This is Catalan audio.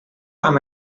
amb